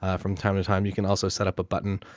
ah from time to time you can also set up a button,